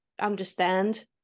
understand